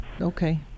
okay